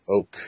oak